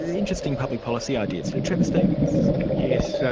interesting public policy ideas, trevor stevens? yes,